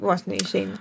vos ne išeina